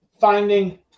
finding